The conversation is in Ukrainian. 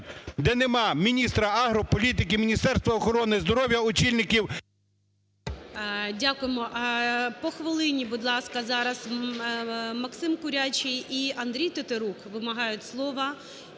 де нема міністра агрополітики, Міністерства охорони здоров'я очільників…